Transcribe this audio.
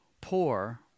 poor